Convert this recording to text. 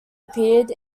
appeared